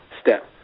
step